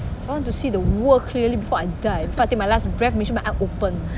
I want to see the world clearly before I die so I take my last breath make sure my eye open